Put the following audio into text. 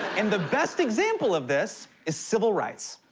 and the best example of this is civil rights.